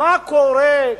מה קורה,